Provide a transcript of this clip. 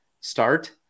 start